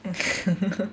and